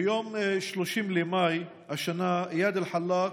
ב-30 במאי השנה איאד אלחלאק,